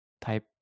type